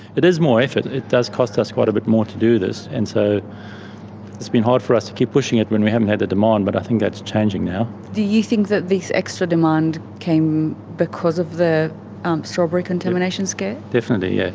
it is more effort, it it does cost us quite a bit more to do this and so it's been hard for us to keep pushing it when we haven't had the demand. but i think that's changing now. do you think that this extra demand came because of the um strawberry contamination scare? definitely, yeah.